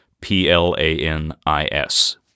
P-L-A-N-I-S